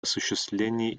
осуществлении